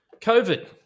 COVID